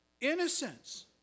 innocence